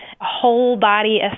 whole-body